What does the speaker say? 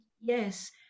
yes